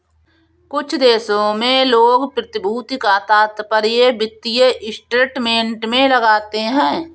कुछ देशों में लोग प्रतिभूति का तात्पर्य वित्तीय इंस्ट्रूमेंट से लगाते हैं